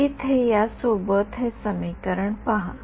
विद्यार्थी इथे या सोबत इथे हे समीकरण पहा